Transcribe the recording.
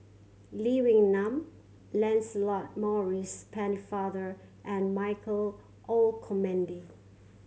Lee Wee Nam Lancelot Maurice Pennefather and Michael Olcomendy